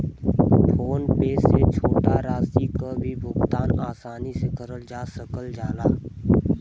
phone पे से छोटा राशि क भी भुगतान आसानी से करल जा सकल जाला